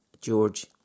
George